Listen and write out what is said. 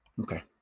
Okay